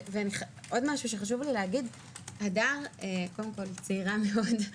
וגם, הדר צעירה מאוד,